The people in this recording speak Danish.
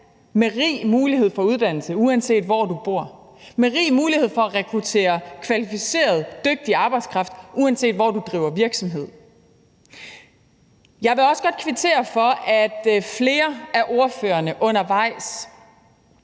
med rig mulighed for uddannelse, uanset hvor du bor, og med rig mulighed for at rekruttere kvalificeret, dygtig arbejdskraft, uanset hvor du driver virksomhed. Jeg vil også godt kvittere for, at flere af ordførerne undervejs